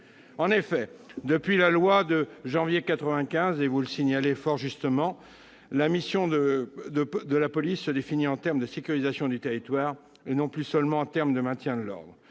police. Depuis la loi du 21 janvier 1995, comme vous le signalez fort justement, « la mission de la police se définit désormais en termes de sécurisation du territoire et non plus seulement en termes de maintien de l'ordre